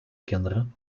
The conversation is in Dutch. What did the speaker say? kinderen